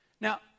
Now